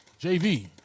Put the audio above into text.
JV